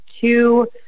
two